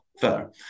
Fair